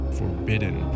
forbidden